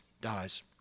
dies